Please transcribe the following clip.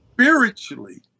Spiritually